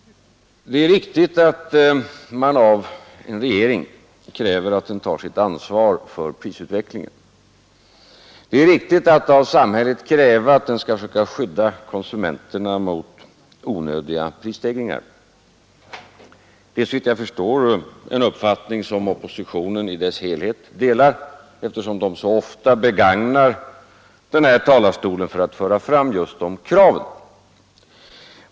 Det är riktigt att man av en regering kräver att den tar sitt ansvar för prisutvecklingen. Det är riktigt att av samhället kräva att det skall försöka skydda konsumenterna mot onödiga prisstegringar. Detta är, såvitt jag förstår, en uppfattning som oppositionen i sin helhet delar eftersom den så ofta begagnar den här talarstolen för att föra fram just de kraven.